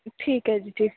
ਠੀਕ ਹੈ ਜੀ ਠੀਕ